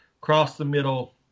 cross-the-middle